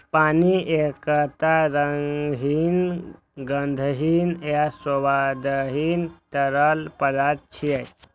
पानि एकटा रंगहीन, गंधहीन आ स्वादहीन तरल पदार्थ छियै